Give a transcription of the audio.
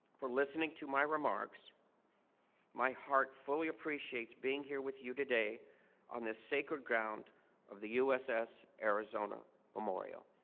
for listening to my remarks my heart fully appreciates being here with you today on this sacred ground of the uss arizona memorial